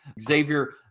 Xavier